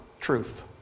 truth